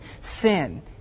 sin